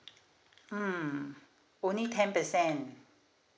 mm only ten percent